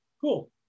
Cool